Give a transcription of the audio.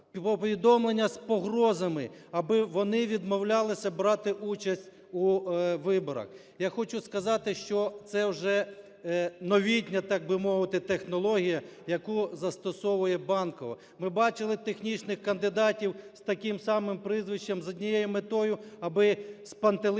повідомлення з погрозами, аби вони відмовлялися брати участь у виборах. Я хочу сказати, що це вже новітня, так би мовити, технологія, яку застосовує Банкова. Ми бачили технічних кандидатів з таким самим прізвищем з однією метою, аби спантеличити